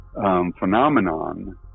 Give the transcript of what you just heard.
phenomenon